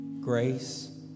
grace